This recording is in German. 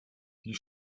die